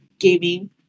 Gaming